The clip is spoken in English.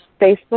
Facebook